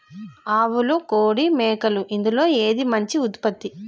ఆవులు కోడి మేకలు ఇందులో ఏది మంచి ఉత్పత్తి?